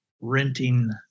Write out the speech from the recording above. renting